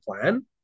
plan